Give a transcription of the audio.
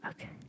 Okay